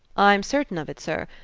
i'm certain of it, sir.